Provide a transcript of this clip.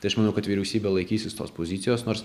tai aš manau kad vyriausybė laikysis tos pozicijos nors